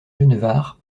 genevard